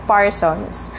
Parsons